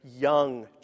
young